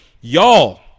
Y'all